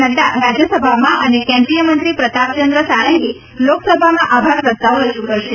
નહા રાજયસભામાં અને કેન્દ્રીય મંત્રી પ્રતાપયંદ્ર સારંગી લોકસભામાં આભાર પ્રસ્તાવ રજુ કરશે